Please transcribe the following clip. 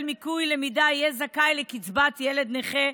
מליקוי למידה יהיה זכאי לקצבת ילד נכה,